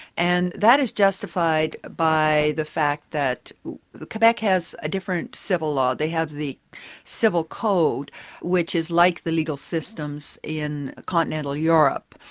and that is justified by the fact that quebec has a different civil law, they have the civil code which is like the legal systems in continental europe,